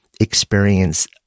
experience